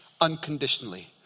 unconditionally